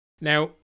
Now